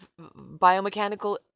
biomechanical